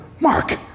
Mark